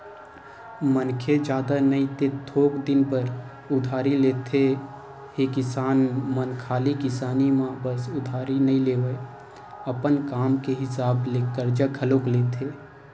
मनखे जादा नई ते थोक दिन बर उधारी लेथे ही किसान मन खाली किसानी म बस उधारी नइ लेवय, अपन काम के हिसाब ले करजा घलोक लेथे